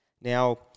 Now